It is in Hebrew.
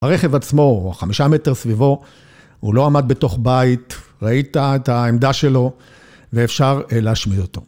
הרכב עצמו, או חמישה מטר סביבו, הוא לא עמד בתוך בית, ראית את העמדה שלו ואפשר להשמיד אותו.